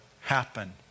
happen